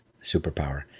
superpower